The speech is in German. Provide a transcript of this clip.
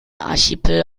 archipel